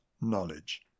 knowledge